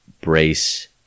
brace